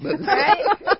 right